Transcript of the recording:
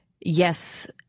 yes